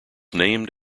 named